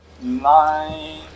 nine